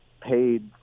paid